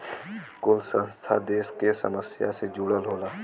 कुल संस्था देस के समस्या से जुड़ल होला